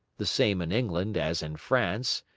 the same in england as in france,